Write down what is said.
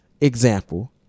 example –